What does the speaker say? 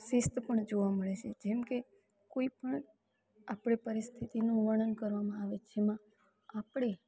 શિસ્ત પણ જોવા મળે છે જેમકે કોઈપણ આપણે પરિસ્થિતિનું વર્ણન કરવામાં આવે જેમાં આપણે